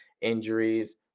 injuries